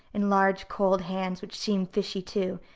and large, cold hands, which seemed fishy, too,